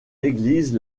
église